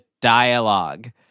dialogue